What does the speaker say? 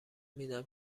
میدم